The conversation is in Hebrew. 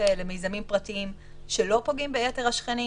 למיזמים פרטיים שלא פוגעים ביתר השכנים,